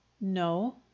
no